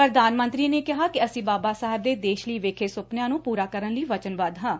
ਪ੍ਧਾਨ ਮੰਤਰੀ ਨੇ ਕਿਹਾ ਕਿ ਅਸੀਂ ਬਾਬਾ ਸਾਹਿਬ ਦੇ ਦੇਸ਼ ਲਈ ਵੇਖੇ ਸੁਪਨਿਆਂ ਨੂੰ ਪੂਰਾ ਕਰਨ ਲਈ ਵਚਨਬੱਧ ਹਾਂ